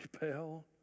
repel